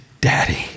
daddy